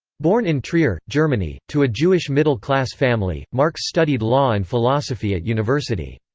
born in trier, germany, to a jewish middle-class family, marx studied law and philosophy at university.